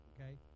okay